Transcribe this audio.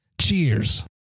Cheers